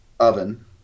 oven